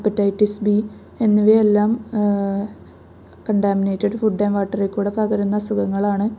hepatitis B എന്നിവയെല്ലാം contaminated food and വാട്ടറിൽ കൂടെ പകരുന്ന അസുഖങ്ങളാണ്